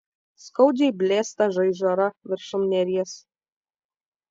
skaudžiai blėsta žaižara viršum neries